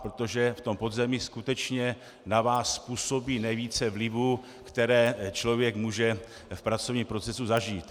Protože v podzemí skutečně na vás působí nejvíce vlivů, které člověk může v pracovním procesu zažít.